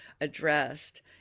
addressed